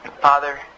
Father